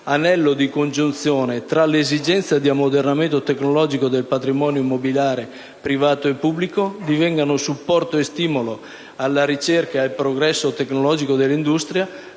anello di congiunzione tra 1'esigenza di ammodernamento tecnologico del patrimonio immobiliare privato e pubblico, divengano supporto e stimolo alla ricerca al progresso tecnologico dell'industria,